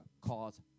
cause